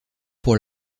pour